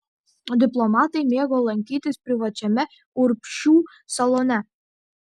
diplomatai mėgo lankytis privačiame urbšių salone